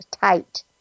tight